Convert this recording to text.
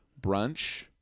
Brunch